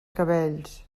cabells